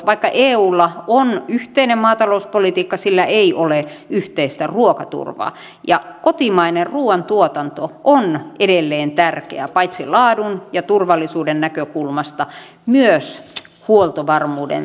vaikka eulla on yhteinen maatalouspolitiikka sillä ei ole yhteistä ruokaturvaa ja kotimainen ruuantuotanto on edelleen tärkeää paitsi laadun ja turvallisuuden näkökulmasta myös huoltovarmuuden ylläpitämiseksi